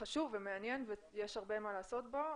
חשוב ומעניין ויש הרבה מה לעשות בו.